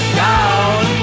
down